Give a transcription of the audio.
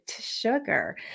sugar